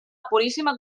puríssima